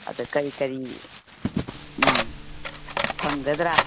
ꯑꯗ ꯀꯔꯤ ꯀꯔꯤ ꯐꯪꯒꯗ꯭ꯔꯥ